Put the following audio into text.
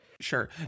Sure